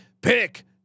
Pick